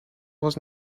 was